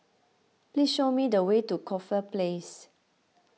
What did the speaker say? please show me the way to Corfe Place